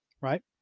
right